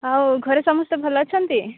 ଆଉ ଘରେ ସମସ୍ତେ ଭଲ ଅଛନ୍ତି